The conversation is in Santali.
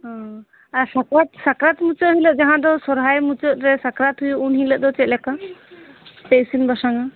ᱚᱸᱻ ᱟᱨ ᱥᱚᱠᱚᱛ ᱥᱟᱠᱨᱟᱛ ᱢᱩᱪᱟᱹᱫ ᱦᱤᱞᱳᱜ ᱡᱟᱦᱟᱸ ᱫᱚ ᱥᱚᱨᱦᱟᱭ ᱢᱩᱪᱟᱹᱫ ᱨᱮ ᱥᱟᱠᱨᱟᱛ ᱩᱱ ᱦᱤᱞᱟᱹᱜ ᱫᱚ ᱪᱮᱫ ᱞᱮᱠᱟ ᱯᱮ ᱤᱥᱤᱱ ᱵᱟᱥᱟᱝᱼᱟ